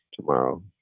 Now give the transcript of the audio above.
tomorrow